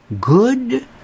good